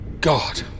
God